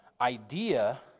idea